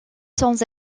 sans